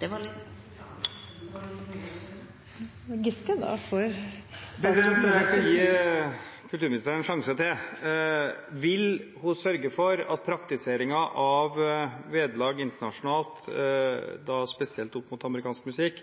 Det var litt mye å svare på. Jeg skal gi kulturministeren en sjanse til: Vil hun sørge for at praktiseringen av vederlag internasjonalt, spesielt opp mot amerikansk musikk,